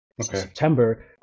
September